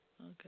Okay